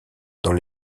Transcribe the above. dans